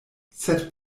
sed